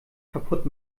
kaputt